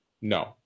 No